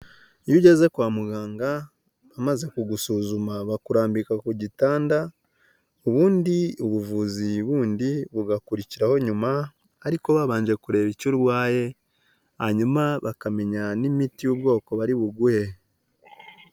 Iyo ugeze kwa muganga, bamaze kugusuzuma, bakurambika ku gitanda, ubundi ubuvuzi bundi bugakurikiraho nyuma ariko babanje kureba icyo urwaye, hanyuma bakamenya n'imiti y'ubwoko bari buguhe.